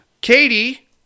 Katie